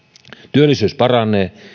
työllisyys paranee ja